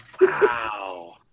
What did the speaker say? Wow